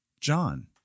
John